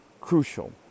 crucial